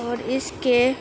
اور اس کے